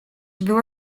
była